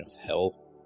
health